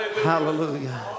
hallelujah